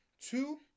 Two